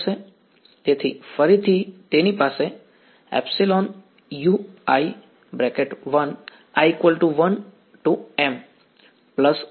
m તેથી ફરીથી તેની પાસે ∑ ui vi e1 હશે i1 વિદ્યાર્થી